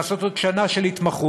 לעשות עוד שנה של התמחות,